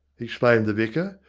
exclaimed the vicar,